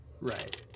Right